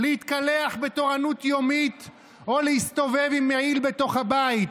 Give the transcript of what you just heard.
להתקלח בתורנות יומית או להסתובב עם מעיל בתוך הבית,